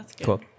cool